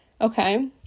Okay